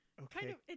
okay